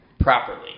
properly